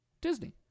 Disney